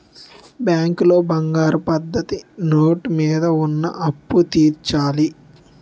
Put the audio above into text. బ్యాంకులో బంగారం పద్ధతి నోటు మీద ఉన్న అప్పు తీర్చాలి